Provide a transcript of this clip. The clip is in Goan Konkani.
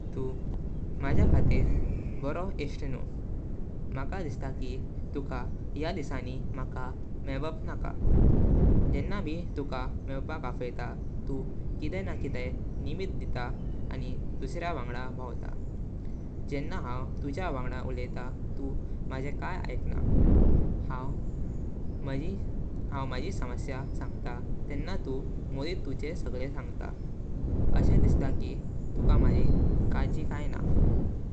तु माजा खातीर ब्रोरों इष्ट न्हू, मका दिसता की तुका या दिसाणी मका मेवपक नका। जेंना भी तुका मेवपक अफैतां तु किदे ना किदे निमित दीता आनी दुसऱ्यांगद भावता। जेंना हांव तुजा वांगदा उलायता तु माजे काइ आइकना। हांव मजी समस्या सांगता तेंना तु मोडीत तुजे सागले सांगता। अशे दिसता की तुका मजी कर्जी काइ ना।